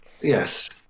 Yes